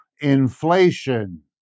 inflation